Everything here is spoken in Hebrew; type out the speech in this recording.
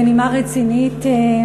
בנימה רצינית,